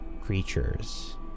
creatures